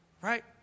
right